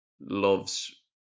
loves